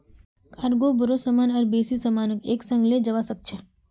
cargo बोरो सामान और बेसी सामानक एक संग ले जव्वा सक छ